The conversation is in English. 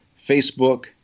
Facebook